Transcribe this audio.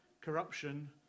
corruption –